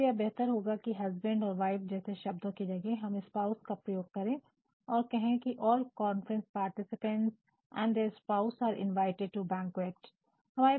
इसलिए यह बेहतर होगा की हस्बैंड और वाइफ जैसे शब्दों की जगह हम स्पाउस का प्रयोग करें और कहें की " all conference participants and their spouse are invited to banquet "